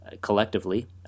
collectively